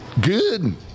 good